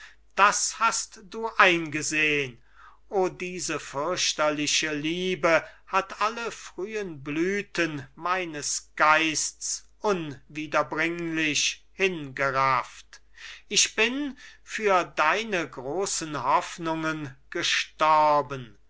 das hast du eingesehn o diese fürchterliche liebe hat alle frühe blüten meines geistes unwiederbringlich hingerafft ich bin für deine großen hoffnungen gestorben